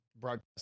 broadcast